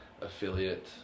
affiliate